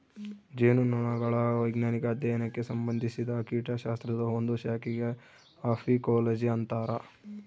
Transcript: ಜೇನುನೊಣಗಳ ವೈಜ್ಞಾನಿಕ ಅಧ್ಯಯನಕ್ಕೆ ಸಂಭಂದಿಸಿದ ಕೀಟಶಾಸ್ತ್ರದ ಒಂದು ಶಾಖೆಗೆ ಅಫೀಕೋಲಜಿ ಅಂತರ